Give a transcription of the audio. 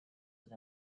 with